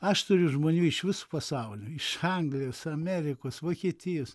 aš turiu žmonių iš viso pasaulio iš anglijos amerikos vokietijos